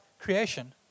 creation